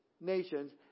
nations